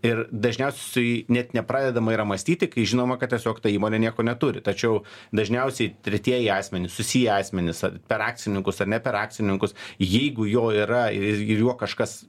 ir dažniausiai net nepradedama yra mąstyti kai žinoma kad tiesiog ta įmonė nieko neturi tačiau dažniausiai tretieji asmenys susiję asmenys ar per akcininkus ar ne per akcininkus jeigu jo yra ir juo kažkas